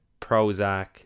Prozac